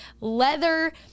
leather